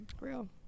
Real